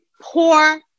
poor